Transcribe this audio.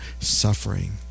suffering